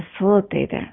facilitator